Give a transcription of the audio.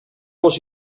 los